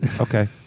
Okay